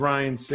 Ryan